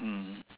mmhmm